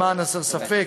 למען הסר ספק,